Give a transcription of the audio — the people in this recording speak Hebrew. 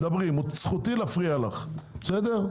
דברי, זכותי להפריע לך, בסדר?